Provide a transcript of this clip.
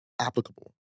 applicable